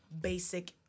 basic